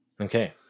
Okay